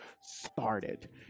started